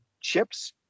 chips